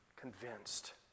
convinced